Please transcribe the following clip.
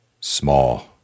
small